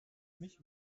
mich